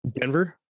Denver